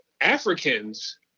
Africans